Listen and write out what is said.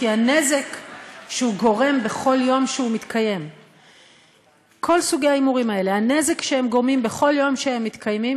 כי הוא גורם נזק בכל יום שהוא מתקיים.